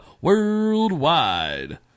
Worldwide